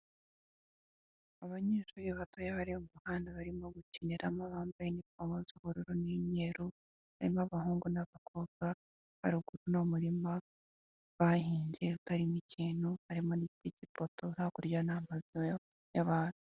Abanyeshuri batoya bari mu muhanda barimo gukiniramo bambaye impuzankano y'ishuri isa ubururu n'umweru harimo abahungu n'abakobwa haruguru n'umurima bahinze utarimo ikintu nta kimwe harimo n'igiti kipoto.